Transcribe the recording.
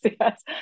yes